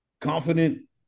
Confident